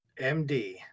MD